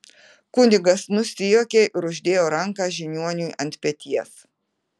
kunigas nusijuokė ir uždėjo ranką žiniuoniui ant peties